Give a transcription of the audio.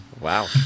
Wow